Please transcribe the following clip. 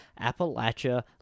Appalachia